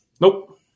Nope